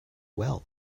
well